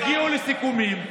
תגיעו לסיכומים,